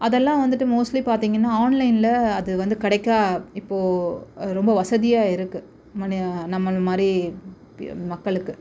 அதெல்லாம் வந்துட்டு மோஸ்ட்லி பார்த்தீங்கன்னா ஆன்லைனில் அது வந்து கிடைக்க இப்போது அது ரொம்ப வசதியாக இருக்குது மன்னியா நம்மளை மாதிரி மக்களுக்கு